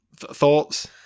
thoughts